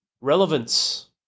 Relevance